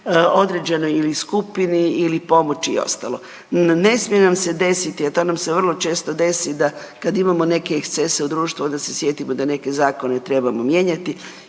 određenoj ili skupini ili pomoći i ostalo. Ne smije nam se desiti, a to nam se vrlo često desi, da, kad imamo neke ekscese u društvu, da se sjetimo da neke zakone trebamo mijenjati